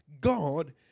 God